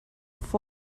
forward